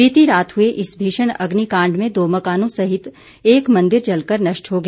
बीती रात हुए इस भीषण अग्निकाण्ड में दो मकानों सहित एक मंदिर जलकर नष्ट हो गया